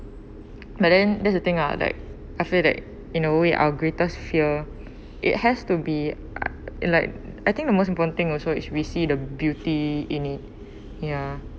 but then that's the thing lah like I feel that in a way our greatest fear it has to be uh like I think the most important thing also is we see the beauty in it ya